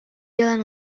jalan